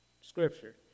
scripture